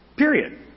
Period